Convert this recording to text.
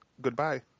Goodbye